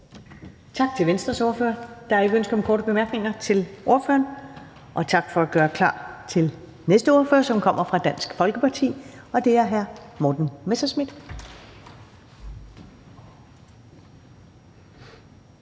Tak til Venstres ordfører. Der er ikke ønske om korte bemærkninger til ordføreren. Og tak for at gøre klar til næste ordfører, som kommer fra Dansk Folkeparti, og det er hr. Morten Messerschmidt.